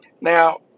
Now